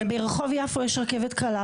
אבל ברחוב יפו יש רכבת קלה,